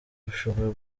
rushobora